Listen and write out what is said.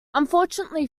unfortunately